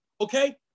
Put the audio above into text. okay